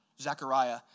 Zechariah